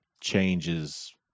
changes